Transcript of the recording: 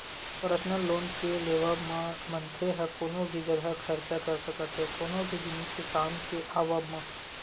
personal loan के लेवब म मनखे ह कोनो भी जघा खरचा कर सकत हे कोनो भी जिनिस के काम के आवब म